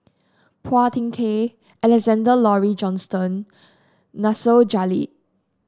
Phua Thin Kiay Alexander Laurie Johnston Nasir Jalil